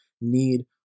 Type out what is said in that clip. need